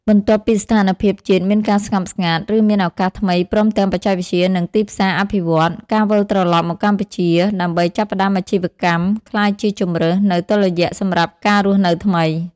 បន្ទាប់ពីស្ថានភាពជាតិមានការស្ងប់ស្ងាត់ ឬមានឱកាសថ្មីព្រមទាំងបច្ចេកវិទ្យា និងទីផ្សារអភិវឌ្ឍន៍ ការវិលត្រឡប់មកកម្ពុជាដើម្បីចាប់ផ្តើមអាជីវកម្មក្លាយជាជម្រើសសូវតុល្យសម្រាប់ការរស់នៅថ្មី។